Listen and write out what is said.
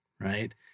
right